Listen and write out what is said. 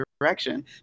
direction